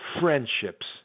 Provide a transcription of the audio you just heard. friendships